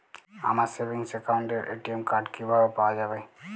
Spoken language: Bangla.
আমার সেভিংস অ্যাকাউন্টের এ.টি.এম কার্ড কিভাবে পাওয়া যাবে?